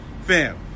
fam